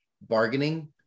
bargaining